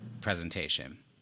presentation